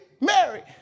married